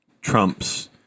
Trump's